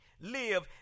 live